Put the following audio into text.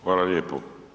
Hvala lijepo.